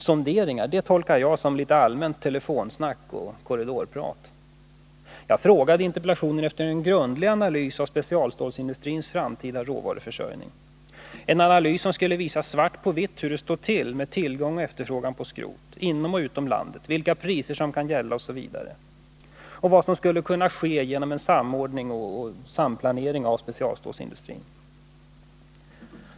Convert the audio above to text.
”Sonderingar” tolkar jag som litet allmänt telefonsnack och korridorprat. Jag frågade i interpellationen efter en grundlig analys av specialstålsindustrins framtida råvaruförsörjning — en analys som skulle visa svart på vitt på hur det står till med tillgång och efterfrågan på skrot inom och utom landet, vilka priser som kan gälla och vad som skulle kunna ske genom en samordning och samplanering av specialstålsindustrin.